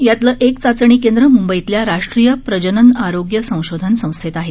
यातलं एक चाचणी केंद्र मुंबईतल्या राष्ट्रीय प्रजनन आरोग्य संशोधन संस्थेत आहेत